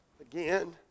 again